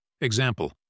Example